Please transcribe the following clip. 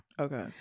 Okay